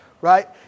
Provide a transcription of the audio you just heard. Right